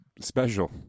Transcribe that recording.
special